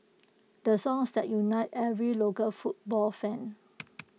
the songs that unites every local football fan